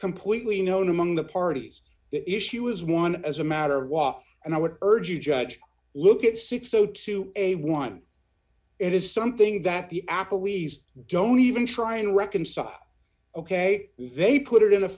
completely known among the parties the issue is one as a matter and i would urge you judge look at six o two a one it is something that the apple wheezed don't even try and reconcile ok they put it in a